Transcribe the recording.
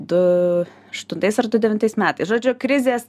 du aštuntais ar du devintais metais žodžiu krizės